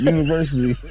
University